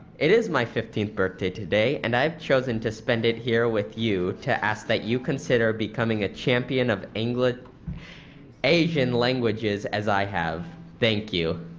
it is my fifteenth birthday today and i have chosen to spend it here with you to ask that you consider becoming a champion of and asian languages as i have. thank you